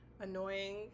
annoying